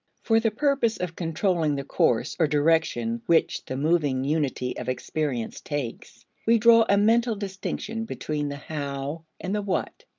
for the purpose of controlling the course or direction which the moving unity of experience takes we draw a mental distinction between the how and the what.